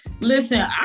Listen